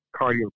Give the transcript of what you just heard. cardio